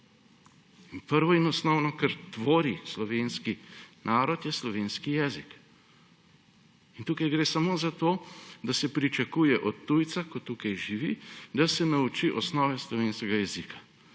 In prvo in osnovno, kar tvori slovenski narod, je slovenski jezik. Tukaj gre samo za to, da se pričakuje od tujca, ko tukaj živi, da se nauči osnov slovenskega jezika.